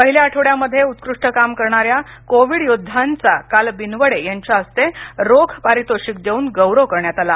पहिल्या आठवड्यामध्ये उत्कृष्ट काम करणाऱ्या कोवीड योद्धयांचा काल बिनवडे यांच्या हस्ते रोख पारितोषिक देऊन गौरव करण्यात आला